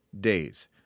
days